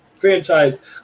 franchise